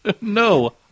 No